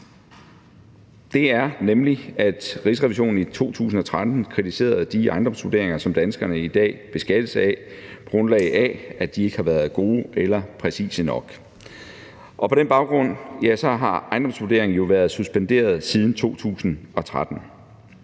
Det er nemlig sådan, at Rigsrevisionen i 2013 kritiserede de ejendomsvurderinger, som danskerne i dag beskattes på grundlag af, at de ikke har været gode eller præcise nok, og på den baggrund har ejendomsvurderingen jo været suspenderet siden 2013.